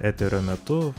eterio metu